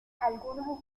algunos